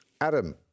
Adam